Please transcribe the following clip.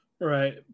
Right